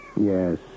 Yes